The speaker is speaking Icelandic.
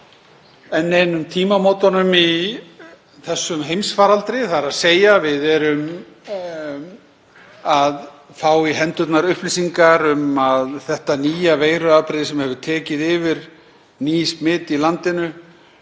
enn einum tímamótunum í þessum heimsfaraldri, þ.e. við erum að fá í hendurnar upplýsingar um að þetta nýja veiruafbrigði sem hefur tekið yfir ný smit í landinu